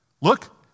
Look